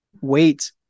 wait